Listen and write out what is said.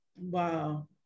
wow